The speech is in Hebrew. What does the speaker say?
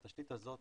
התשתית הזאת